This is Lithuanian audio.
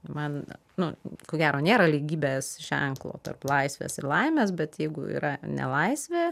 man nu ko gero nėra lygybės ženklo tarp laisvės ir laimės bet jeigu yra nelaisvė